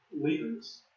leaders